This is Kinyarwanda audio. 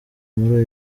muri